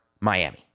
Miami